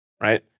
right